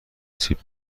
سیب